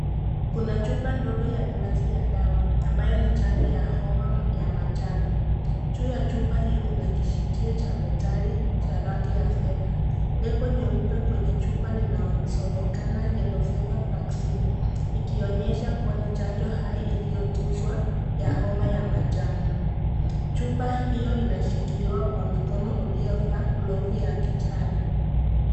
Kuna chupa ndogo ya glasi ya dawa ambayo ni chanjo homa ya manjano. Juu ya chupa hii kuna kishikio cha metali cha rangi ya fedha, nembo nyeupe kwenye chupa linayo somekana yellow fever vaccine ikionyesha kua ni chanjo hai iliyo tuzwa ya homa ya manjano. Chupa hiyo inashikiliwa kwa mikono ulio vaa glovu ya kijani.